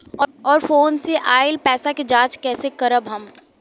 और फोन से आईल पैसा के जांच कैसे करब हम?